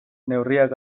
neurriak